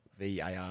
VAR